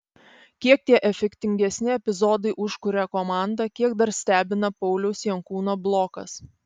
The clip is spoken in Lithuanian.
kiek tie efektingesni epizodai užkuria komandą kiek dar stebina pauliaus jankūno blokas